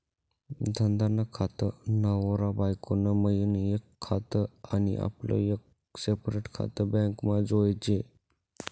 धंदा नं खातं, नवरा बायको नं मियीन एक खातं आनी आपलं एक सेपरेट खातं बॅकमा जोयजे